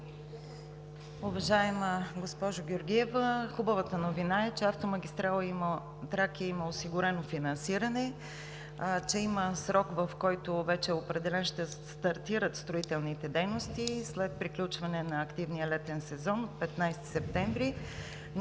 Уважаема госпожо Георгиева, хубавата новина е, че автомагистрала „Тракия“ има осигурено финансиране, че вече има определен срок, в който ще стартират строителните дейности – след приключване на активния летен сезон – 15 септември.